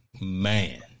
Man